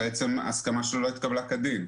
ההסכמה שלו לא התקבלה כדין.